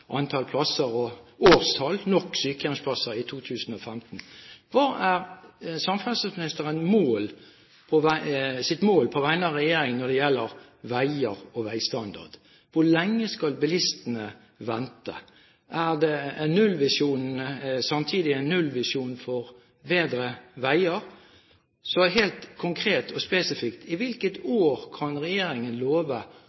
antall plasser og årstall – nok sykehjemsplasser i 2015. Hva er samferdselsministerens mål på vegne av regjeringen når det gjelder veier og veistandard. Hvor lenge skal bilistene vente? Er det samtidig en nullvisjon for bedre veier? Så helt konkret og spesifikt: I hvilket